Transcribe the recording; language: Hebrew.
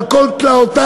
על כל תלאותיו,